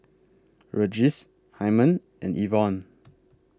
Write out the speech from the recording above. Regis Hymen and Ivonne